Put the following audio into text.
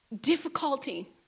difficulty